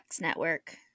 Network